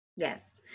yes